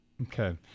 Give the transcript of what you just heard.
Okay